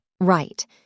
Right